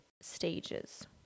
stages